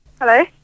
Hello